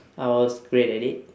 I was great at it